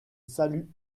salut